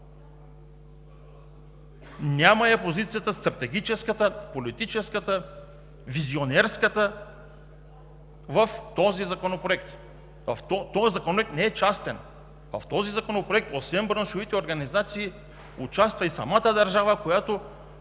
Няма я позицията – стратегическата, политическата, визионерската, в този проект, а той не е частен. В Законопроекта, освен браншовите организации, участва и самата държава, която